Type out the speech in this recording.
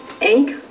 egg